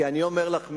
כי אני אומר לך,